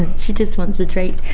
she just wants a treat.